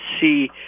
see